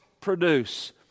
produce